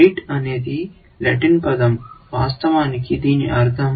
రెటే అనేది లాటిన్ పదం వాస్తవానికి నెట్ అని అర్ధం